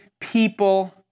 people